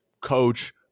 coach